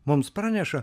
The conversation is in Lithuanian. mums praneša